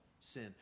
sin